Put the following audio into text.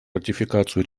ратификацию